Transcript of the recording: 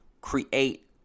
create